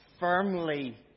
Firmly